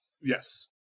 Yes